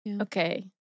Okay